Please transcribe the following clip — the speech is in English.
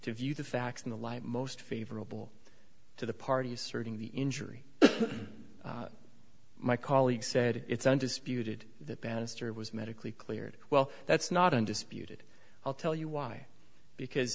to view the facts in the light most favorable to the party asserting the injury my colleague said it's undisputed that bannister was medically cleared well that's not undisputed i'll tell you why because